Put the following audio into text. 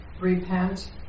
repent